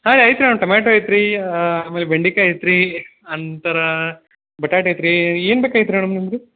ಹಾಂ ಐತ್ರಿ madam tomato ಐತ್ರೀ ಆಮ್ಯಾಲೆ ಬೆಂಡಿಕಾಯಿ ಐತ್ರೀ ನಂತರ ಬಟಾಟೆ ಐತ್ರೀ ಏನು ಬೇಕಾಗಿತ್ತು ರೀ ಮೇಡಮ್ ನಿಮಗೆ